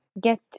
get